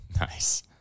Nice